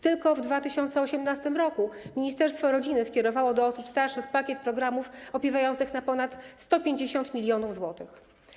Tylko w 2018 r. ministerstwo rodziny skierowało do osób starszych pakiet programów opiewających na ponad 150 mln zł.